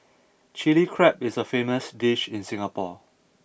Chilli Crab is a famous dish in Singapore